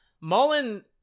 Mullen